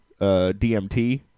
DMT